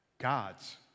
God's